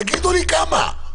תגידו לי כמה.